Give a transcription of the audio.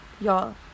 y'all